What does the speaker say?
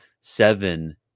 seven